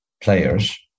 players